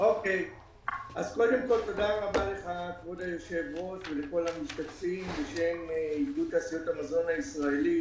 תודה רבה ליושב-ראש ולכל המשתתפים בשם איגוד תעשיות המזון הישראלי.